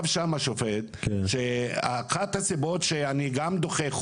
השופט שאחת הסיבות שהוא דוחה את הערעור,